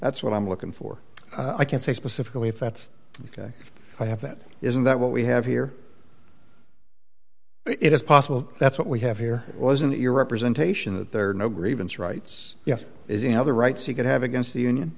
that's what i'm looking for i can't say specifically if that's ok i have that isn't that what we have here it is possible that's what we have here wasn't your representation that there are no grievance rights yes is the other rights you could have against the union